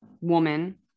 woman